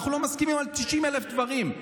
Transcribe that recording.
אנחנו לא מסכימים על 90,000 דברים,